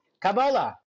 Kabbalah